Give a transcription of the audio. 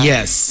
Yes